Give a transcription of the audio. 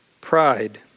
pride